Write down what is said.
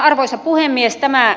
arvoisa puhemies